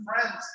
friends